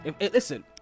Listen